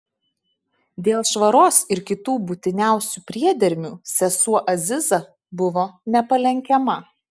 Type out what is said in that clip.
dėl švaros ir kitų būtiniausių priedermių sesuo aziza buvo nepalenkiama